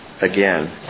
again